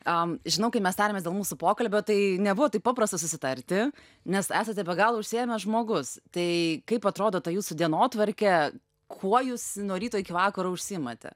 a žinau kai mes tarėmės dėl mūsų pokalbio tai nebuvo taip paprasta susitarti nes esate be galo užsiėmęs žmogus tai kaip atrodo ta jūsų dienotvarkė kuo jūs nuo ryto iki vakaro užsiimate